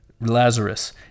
Lazarus